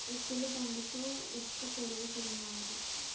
ఎద్దుల బండితో ఇసక పెరగతన్నారు